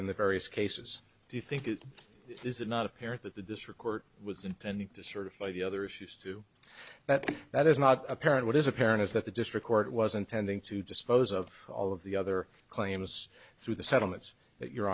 in the various cases do you think it is not apparent that the district court was intended to certify the other issues too but that is not apparent what is apparent is that the district court was intending to dispose of all of the other claims through the settlements that you